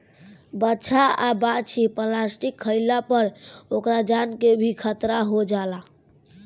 बाछा आ बाछी प्लास्टिक खाइला पर ओकरा जान के भी खतरा हो जाला